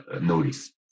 Notice